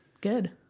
good